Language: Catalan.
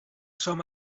som